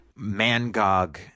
Mangog